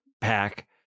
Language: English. pack